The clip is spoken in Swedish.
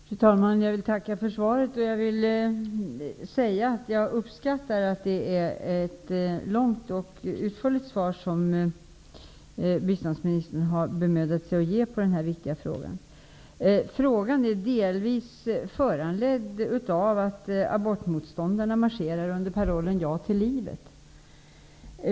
Fru talman! Jag vill tacka för svaret. Jag uppskattar att det är ett långt och utförligt svar som biståndsministern har bemödat sig att ge på den här viktiga frågan. Frågan är delvis föranledd av att abortmotståndarna marscherar under parollen Ja till livet.